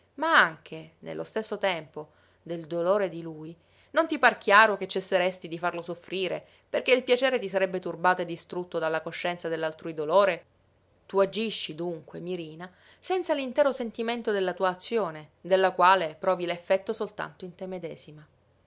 ma anche nello stesso tempo del dolore di lui non ti par chiaro che cesseresti di farlo soffrire perché il piacere ti sarebbe turbato e distrutto dalla coscienza dell'altrui dolore tu agisci dunque mirina senza l'intero sentimento della tua azione della quale provi l'effetto soltanto in te medesima